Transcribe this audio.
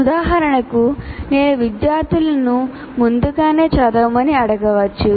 ఉదాహరణకు నేను విద్యార్థులను ముందుగానే చదవమని అడగవచ్చు